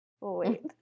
Wait